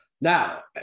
Now